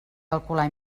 calcular